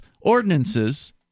ordinances